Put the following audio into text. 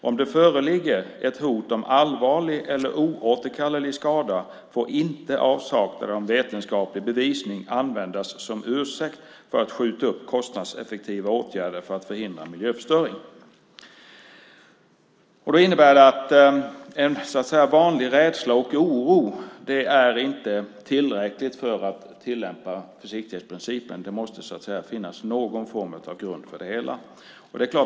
Om det föreligger hot om allvarlig eller oåterkallelig skada, får inte avsaknaden av vetenskaplig bevisning användas som ursäkt för att skjuta upp kostnadseffektiva åtgärder för att förhindra miljöförstöring." Det innebär att en vanlig rädsla och oro inte är tillräckligt för att tillämpa försiktighetsprincipen, utan det måste finnas någon form av grund för det hela.